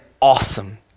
awesome